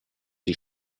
die